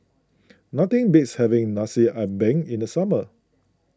nothing beats having Nasi Ambeng in the summer